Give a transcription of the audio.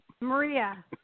Maria